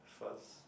first